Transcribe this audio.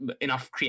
enough